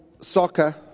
soccer